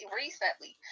recently